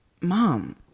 Mom